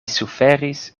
suferis